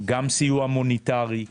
גם סיוע מוניטרי,